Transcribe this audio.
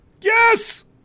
Yes